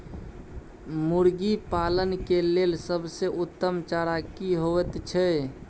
मुर्गी पालन के लेल सबसे उत्तम चारा की होयत छै?